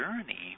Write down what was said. journey